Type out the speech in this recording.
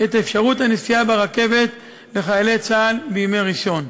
את אפשרות הנסיעה ברכבת לחיילי צה"ל בימי ראשון.